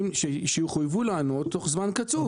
שחויבו לענות תוך זמן קצוב.